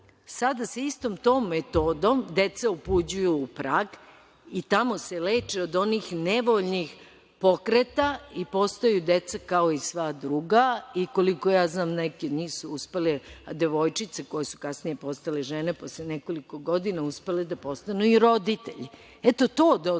sada se sa istom tom metodom deca upućuju u Prag i tamo se leče od onih nevoljnih pokreta i postaju deca kao i sva druga. Koliko znam, neki nisu uspeli, devojčice koje su kasnije postale žene, posle nekoliko godina uspele da postanu i roditelji. Eto, to da odgovorim